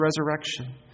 resurrection